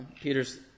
Peter's